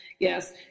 Yes